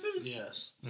Yes